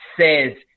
says